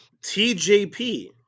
TJP